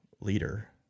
leader